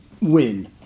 Win